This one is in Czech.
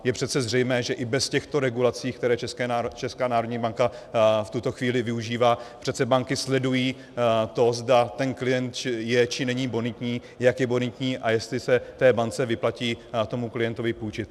Je přece zřejmé, že i bez těchto regulací, které Česká národní banka v tuto chvíli využívá, přece banky sledují to, zda ten klient je či není bonitní, jak je bonitní a jestli se té bance vyplatí tomu klientovi půjčit.